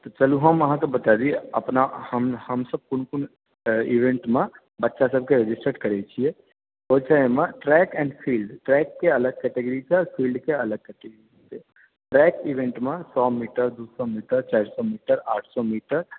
तऽ चलू हम अहाँके बता दी अपना हम हमसब कोन कोन ईवेन्ट मे बच्चा सबकेँ रिसेट करै छियै होइ छै एहिमे ट्रैक एंड फील्ड ट्रैक के अलग कैटगरी छै और फील्ड के अलग कैटगरी ट्रैक ईवेन्ट मे सए मीटर दू सए मीटर चारि सए मीटर आठ सए मीटर